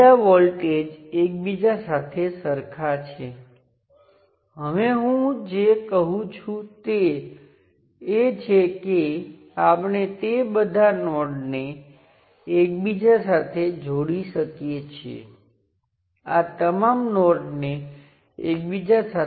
બીજી એક વાત જે હું અહીં દર્શાવવા માંગુ છું તે એ છે કે ફરીથી મેં તેની સાથે જોડાયેલ ચોક્કસ સર્કિટથી શરૂઆત કરી તેમ છતાં હું જે અહીં માપું છું તે માત્ર N સર્કિટ સાથે સંબંધિત છે